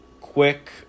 quick